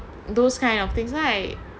those kind of things right